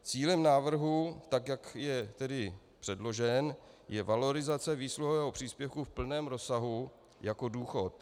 Cílem návrhu, tak jak je předložen, je valorizace výsluhového příspěvku v plném rozsahu jako důchod.